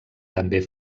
també